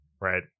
right